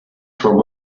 from